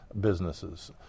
businesses